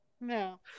No